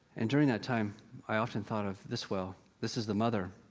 and during that time i often thought of this whale. this is the mother.